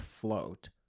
float